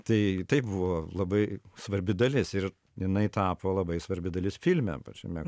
tai tai buvo labai svarbi dalis ir jinai tapo labai svarbi dalis filme pačiame